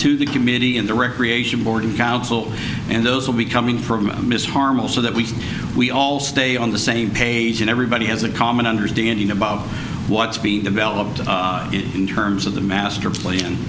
to the committee in the recreation board council and those will be coming from miss harman so that we can we all stay on the same page and everybody has a common understanding about what's being developed in terms of the master pla